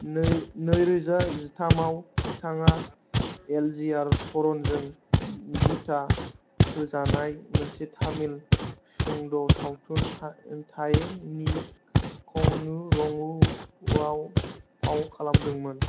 नैरोजा जिथामआव बिथाङा एलजीआर सरनजों दिथा होजानाय मोनसे तामिल सुंद' सावथुन 'थाये नी कन्नूरंगु' आव फाव खालामदोंमोन